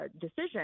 decision